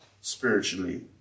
spiritually